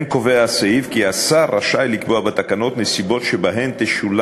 כן קובע הסעיף כי השר רשאי לקבוע בתקנות נסיבות שבהן תשולם